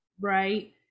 right